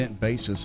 basis